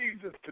Jesus